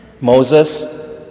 Moses